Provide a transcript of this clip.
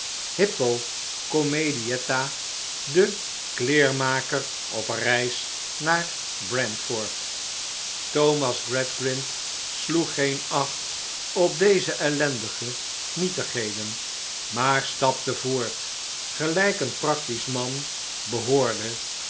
hippo comedietta de kleer maker op reis naar brentford thomas gradgrind sloeg geen acht op deze ellendige nietigheden maar stapte voort gelijk een practisch man behoorde